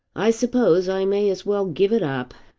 i suppose i may as well give it up.